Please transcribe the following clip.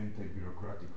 anti-bureaucratic